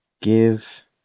give